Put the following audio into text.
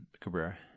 Cabrera